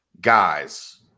Guys